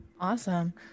Awesome